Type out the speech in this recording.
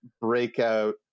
Breakout